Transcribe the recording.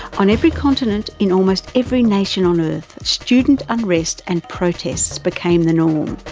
on every continent, in almost every nation on earth, student unrest and protests became the norm.